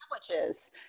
sandwiches